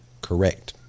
Correct